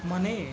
ಮನೆ